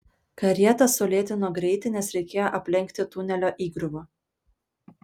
karieta sulėtino greitį nes reikėjo aplenkti tunelio įgriuvą